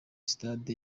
stade